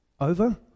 Over